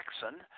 Jackson